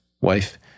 wife